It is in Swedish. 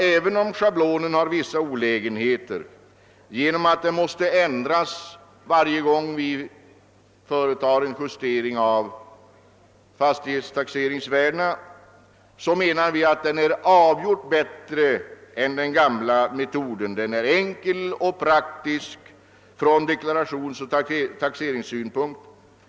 Även om schablonen har vissa olägenheter genom att den måste ändras varje gång vi företar en justering av fastighetstaxeringsvärdena, menar vi att den är avgjort bättre än den gamla metoden. Den är enkel och praktisk från deklarationsoch taxeringssynpunkt.